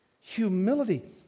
Humility